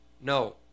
No